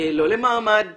לא למעמד טוב,